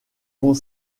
vont